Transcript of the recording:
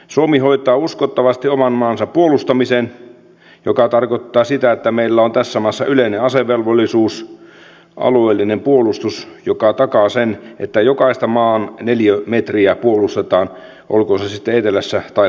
suomi hoitaa uskottavasti oman maansa puolustamisen mikä tarkoittaa sitä että meillä on tässä maassa yleinen asevelvollisuus alueellinen puolustus joka takaa sen että jokaista maan neliömetriä puolustetaan olkoon se sitten etelässä tai pohjoisessa